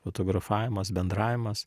fotografavimas bendravimas